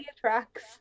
tracks